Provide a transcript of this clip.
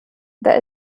there